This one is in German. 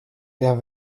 der